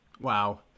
Wow